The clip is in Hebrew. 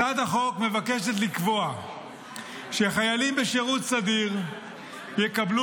הצעת החוק מבקשת לקבוע שחיילים בשירות סדיר יקבלו